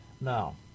Now